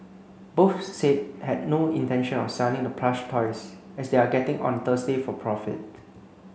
both said had no intention of selling the plush toys as they are getting on Thursday for profit